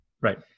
Right